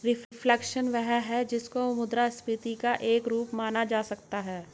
reflation वह है जिसको मुद्रास्फीति का एक रूप माना जा सकता है